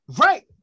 Right